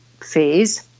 phase